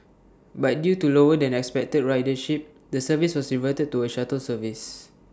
but due to lower than expected ridership the service was reverted to A shuttle service